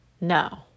No